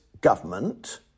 government